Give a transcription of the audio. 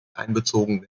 einbezogen